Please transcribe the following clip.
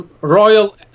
royal